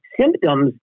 symptoms